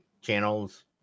channels